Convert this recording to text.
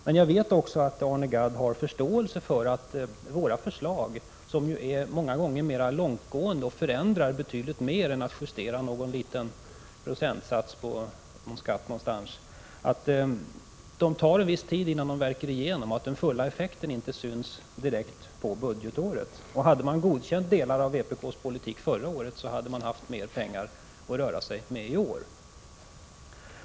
Men jag vet också att Arne Gadd har förståelse för att våra förslag, som ju många gånger är mer långtgående och förändrar betydligt mer än att justera någon liten procentsats på någon skatt, tar en viss tid att slå igenom, och den fulla effekten syns inte direkt under budgetåret. Hade man godkänt delar av vpk:s politik förra året, hade man haft mer pengar att röra sig med i år.